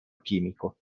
chimico